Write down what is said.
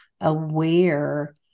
aware